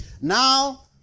Now